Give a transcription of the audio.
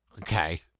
Okay